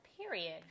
period